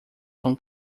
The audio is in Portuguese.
tão